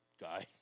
guy